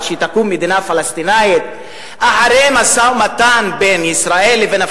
שתקום מדינה פלסטינית אחרי משא-ומתן בין ישראל לבין הפלסטינים?